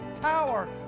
power